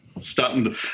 starting